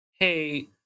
hey